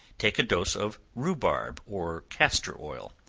take a dose of rhubarb or castor oil.